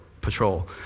Patrol